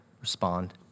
respond